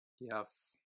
Yes